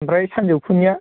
ओमफ्राय सानजौफुनिया